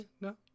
No